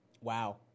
wow